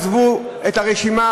עזבו את הרשימה,